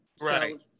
Right